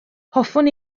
hoffwn